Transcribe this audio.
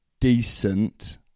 decent